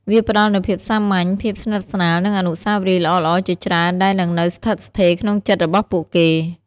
វាផ្ដល់នូវភាពសាមញ្ញ ភាពស្និទ្ធស្នាល និងអនុស្សាវរីយ៍ល្អៗជាច្រើនដែលនឹងនៅស្ថិតស្ថេរក្នុងចិត្តរបស់ពួកគេ។